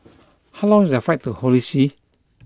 how long is that flight to Holy See